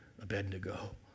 Abednego